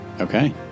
Okay